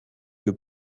que